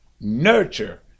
nurture